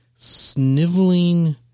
sniveling